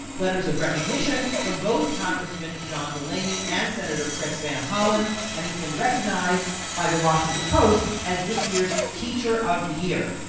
letters of recognition from both congressmen john delaney and senator chris vanholen and he's been recognized by the washington post as this year's teacher of the year.